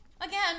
Again